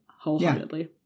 wholeheartedly